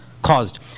Caused